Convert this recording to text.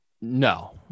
No